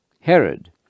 Herod